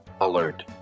alert